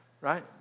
right